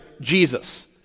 Jesus